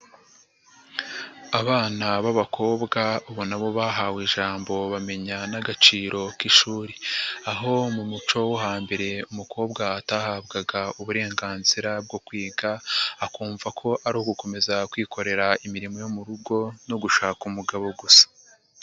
Abana b'abakobwa ubu nabo bahawe ijambo bamenya n'agaciro k'ishuri, aho mu muco wo hambere umukobwa atahabwaga uburenganzira bwo kwiga akumva ko ari ugukomeza kwikorera imirimo yo mu rugo no gushaka umugabo gusa.